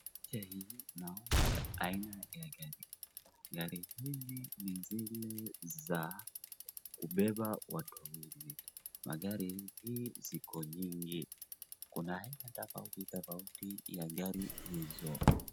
Picha hii naona aina ya gari. Gari hizi ni zile za kubeba watu wawili. Magari hizi ziko nyingi, kuna aina tofautitofauti ya gari hizo.